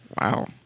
Wow